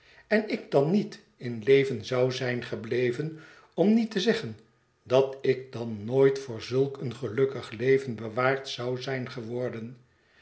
en ik dan niet in leven zou zijn gebleven om niet te zeggen dat ik dan nooit voor zulk een gelukkig leven bewaard zou zijn geworden